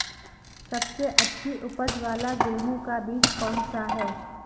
सबसे अच्छी उपज वाला गेहूँ का बीज कौन सा है?